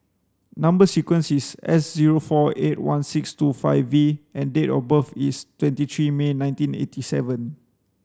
number sequence is S zero four eight one six two five V and date of birth is twenty three May nineteen eighty seven